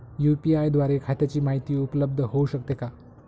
UPI द्वारे खात्याची माहिती उपलब्ध होऊ शकते का?